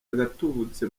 agatubutse